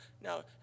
now